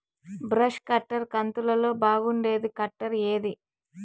Brush cutter కంతులలో బాగుండేది cutter ఏది?